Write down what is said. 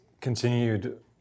continued